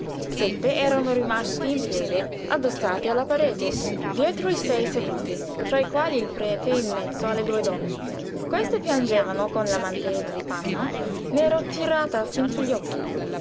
quanti sette erano rimasti in piedi addossati alla parete dietro i sei seduti tra i quali il prete in mezzo alle due donne queste piangevano con la mantellina di panno nero tirata fin sugli occhi